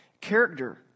character